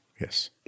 Yes